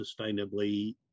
sustainably